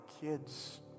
kids